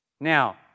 Now